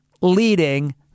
leading